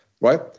right